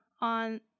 on